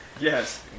yes